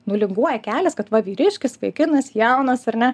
nulinguoja kelias kad va vyriškis vaikinas jaunas ar ne